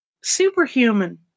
superhuman